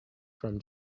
from